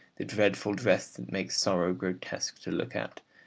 the dreadful dress that makes sorrow grotesque to look at,